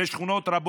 בשכונות רבות,